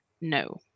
no